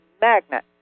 magnet